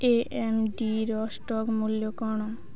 ଏଏମ୍ଡିର stock ମୂଲ୍ୟ କ'ଣ